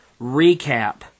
recap